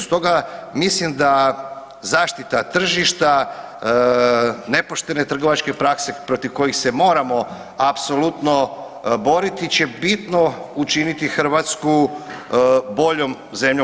Stoga mislim da zaštita tržišta nepoštene trgovačke prakse protiv kojih se moramo apsolutno boriti će bitno učiniti Hrvatsku boljom zemljom.